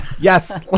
Yes